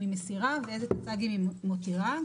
היא מסירה ואיזה טצ"גים היא משאירה,